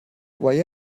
why